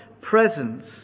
presence